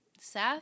Seth